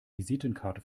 visitenkarte